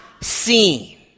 seen